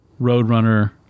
Roadrunner